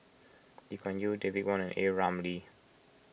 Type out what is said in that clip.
Lee Kuan Yew David Wong and A Ramli